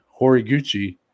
Horiguchi